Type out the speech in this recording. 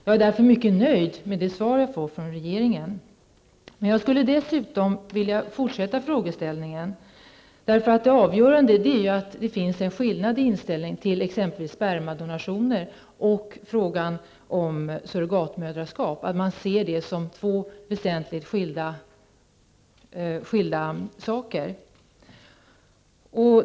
Jag är därför mycket nöjd med det svar jag får från regeringen. Jag skulle dessutom vilja fortsätta frågeställningen. Det avgörande är att det finns en skillnad i inställningen till t.ex. spermiadonationer och till frågan om surrogatmödraskap. Man ser dessa som två väsentligt skilda saker.